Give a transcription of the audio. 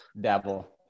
Dabble